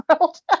world